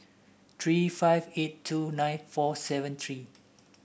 three five eight two nine four seven three